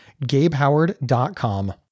gabehoward.com